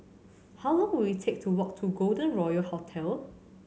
how long will it take to walk to Golden Royal Hotel